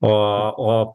o o